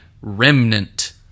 remnant